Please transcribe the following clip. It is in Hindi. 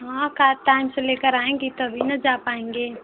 हाँ कार टाइम से लेकर आएंगे तभी न जा पाएंगे